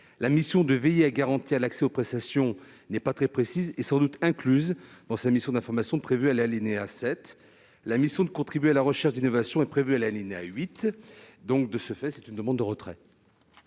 La mission de veiller à garantir l'accès aux prestations n'est pas très précise ; elle et sans doute incluse dans la mission d'information prévue à l'alinéa 7. La mission de contribuer à la recherche d'innovations est déjà prévue à l'alinéa 8. En conséquence, la commission sollicite le retrait